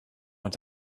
want